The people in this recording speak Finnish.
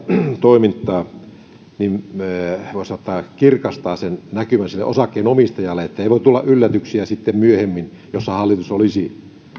toimintaa voisi sanoa kirkastaa sen näkymän sille osakkeenomistajalle ettei voi tulla sitten myöhemmin yllätyksiä joissa hallitus olisi